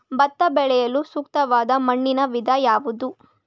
ಭತ್ತ ಬೆಳೆಯಲು ಸೂಕ್ತವಾದ ಮಣ್ಣಿನ ವಿಧ ಯಾವುದು?